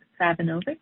Savinovic